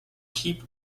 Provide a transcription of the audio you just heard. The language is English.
keep